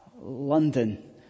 London